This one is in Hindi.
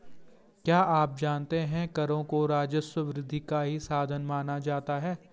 क्या आप जानते है करों को राजस्व वृद्धि का ही साधन माना जाता है?